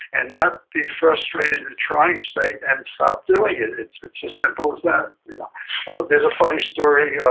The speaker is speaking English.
and not be frustrated in the trying state and stop doing it. it's it's as simple as that you know ah there's a funny story. yeah